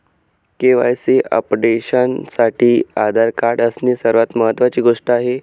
KYC अपडेशनसाठी Aadhaar card असणे सर्वात महत्वाची गोष्ट आहे